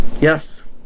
Yes